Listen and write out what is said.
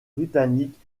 britannique